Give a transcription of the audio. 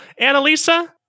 Annalisa